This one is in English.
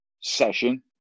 session